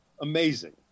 amazing